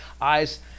eyes